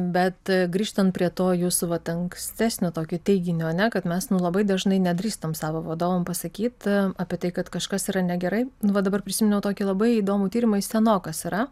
bet grįžtant prie to jūsų vat ankstesnio tokio teiginio ar ne kad mes nu labai dažnai nedrįstam savo vadovam pasakyt apie tai kad kažkas yra negerai nu va dabar prisiminiau tokį labai įdomų tyrimą jis senokas yra